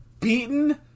beaten